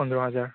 फन्द्र' हाजार